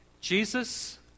Jesus